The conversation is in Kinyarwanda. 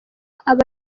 aba